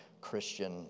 Christian